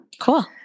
Cool